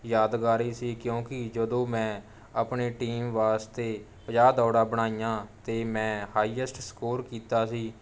ਯਾਦਗਾਰੀ ਸੀ ਕਿਉਂਕਿ ਜਦੋਂ ਮੈਂ ਆਪਣੀ ਟੀਮ ਵਾਸਤੇ ਪੰਜਾਹ ਦੌੜਾਂ ਬਣਈਆਂ ਅਤੇ ਮੈਂ ਹਾਈਐਸਟ ਸਕੌਰ ਕੀਤਾ ਸੀ